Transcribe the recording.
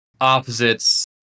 opposites